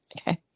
Okay